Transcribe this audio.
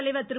தலைவர் திரு